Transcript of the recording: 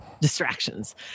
distractions